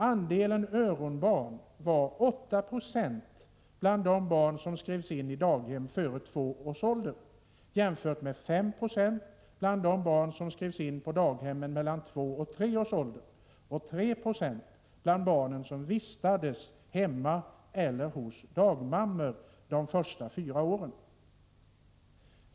Andelen öronbarn var 8 26 bland de barn som skrevs in på daghem före två års ålder, jämfört med 5 90 bland de barn som skrevs in på daghem vid två-tre års ålder, och 3 20 bland de barn som vistades hemma eller hos dagmammor de första fyra åren.